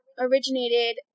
originated